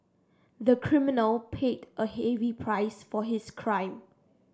the criminal paid a heavy price for his crime